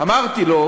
אמרתי לו: